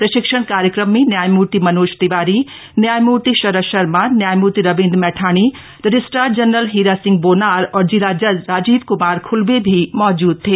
प्रशिक्षण कार्यक्रम में न्यायमूर्ति मनोज तिवारी न्यायमूर्ति शरद शर्मा न्यायमूर्ति रविंद्र मैठाणी रजिस्टार जनरल हीरा सिंह बोनाल और जिला जल राजीव क्मार खुल्बे भी मौजूद थे